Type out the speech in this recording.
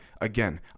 again